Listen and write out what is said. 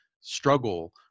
struggle